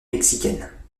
mexicaine